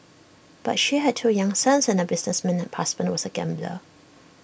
but she had two young sons and her businessman husband was A gambler